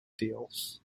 deals